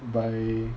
buy